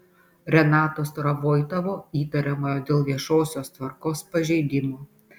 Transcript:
renato starovoitovo įtariamojo dėl viešosios tvarkos pažeidimo